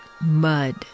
mud